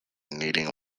needing